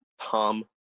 Tom